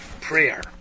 prayer